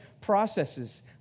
processes